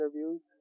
interviews